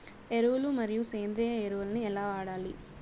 ఎరువులు మరియు సేంద్రియ ఎరువులని ఎలా వాడాలి?